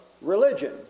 religion